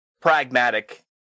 pragmatic